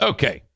Okay